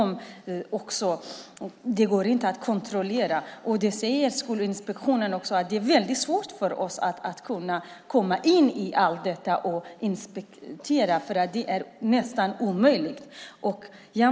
Det går inte att kontrollera dem. Skolinspektionen säger att det är svårt för dem att komma in i skolorna och inspektera dem. Det är nästan omöjligt.